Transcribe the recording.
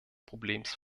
problems